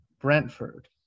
Brentford